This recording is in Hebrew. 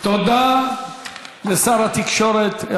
תודה לשר התקשורת.